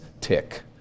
tick